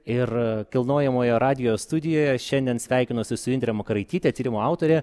ir kilnojamojo radijo studijoje šiandien sveikinuosi su indre makaraityte tyrimo autorė